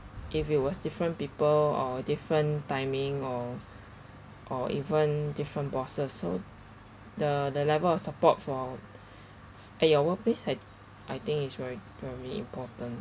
if it was different people or different timing or or even different bosses so the the level of support for at your workplace I I think is very very important